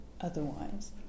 otherwise